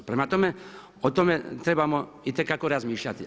Prema tome, o tome trebamo itekako razmišljati.